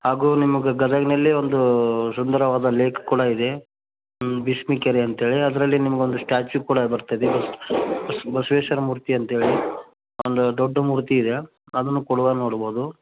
ಹಾಗೂ ನಿಮ್ಗೆ ಗದಗನಲ್ಲಿ ಒಂದು ಸುಂದರವಾದ ಲೇಕ್ ಕೂಡ ಇದೆ ಭೀಷ್ಮ ಕೆರೆ ಅಂತ್ಹೇಳಿ ಅದರಲ್ಲಿ ನಿಮ್ಗೆ ಒಂದು ಸ್ಟ್ಯಾಚು ಕೂಡ ಬರ್ತದೆ ಬಸವೇಶ್ವರ ಮೂರ್ತಿ ಅಂತ್ಹೇಳಿ ಒಂದು ದೊಡ್ಡ ಮೂರ್ತಿ ಇದೆ ಅದನ್ನು ಕೊಡುವ ನೋಡ್ಬೋದು